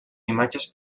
imatges